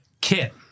Kit